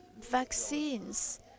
vaccines